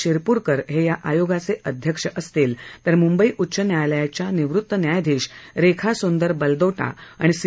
शिरप्रकर हे या आगोयाचे अध्यक्ष असतील तर मंबई उच्च न्यायालयाच्या निवृत न्यायाधीश रेखा सुंदर बलदोटा आणि सी